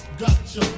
gotcha